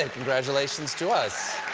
and congratulations to us.